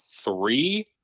three